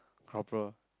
corporal